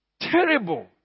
Terrible